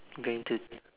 going to